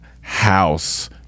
house